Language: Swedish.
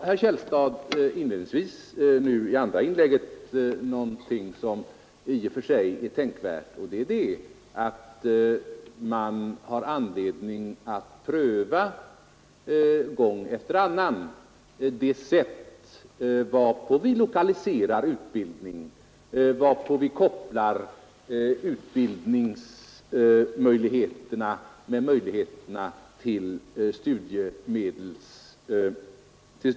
Herr Källstad sade i sitt andra inlägg inledningsvis något som i och för sig är tänkvärt, nämligen att man har anledning att gång efter annan pröva det sätt varpå vi lokaliserar utbildningen, varpå vi kopplar utbildningsmöjligheterna med möjligheterna till studiemedel.